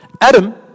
Adam